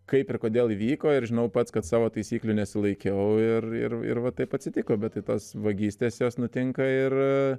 kaip ir kodėl įvyko ir žinau pats kad savo taisyklių nesilaikiau ir ir ir va taip atsitiko bet tai tos vagystės jos nutinka ir